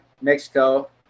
Mexico